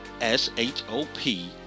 s-h-o-p